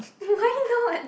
why not